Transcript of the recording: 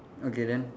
okay then